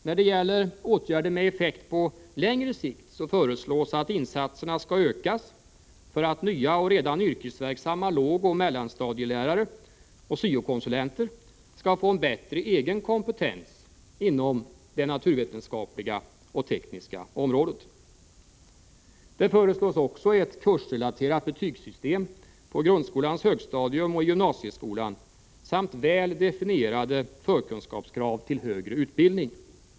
När det gäller åtgärder med effekt på längre sikt föreslås att insatserna skall ökas för att nya och redan yrkesverksamma lågoch mellanstadielärare samt syo-konsulenter skall få en bättre egen kompetens inom det naturvetenskapliga och tekniska området. Det föreslås också ett kursrelaterat betygssystem på grundskolans högstadium och gymnasieskolan samt väl definierade krav på förkunskaper när det gäller högre utbildning.